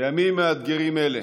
בימים מאתגרים אלו,